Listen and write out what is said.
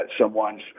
someone's